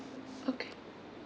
okay